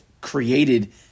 created